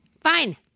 Fine